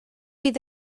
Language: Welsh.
bydd